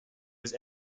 was